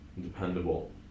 dependable